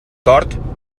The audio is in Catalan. tort